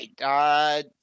right